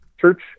church